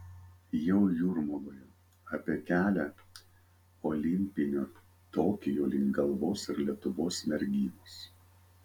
jau jūrmaloje apie kelią olimpinio tokijo link galvos ir lietuvos merginos